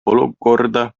olukorda